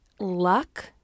luck